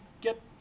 get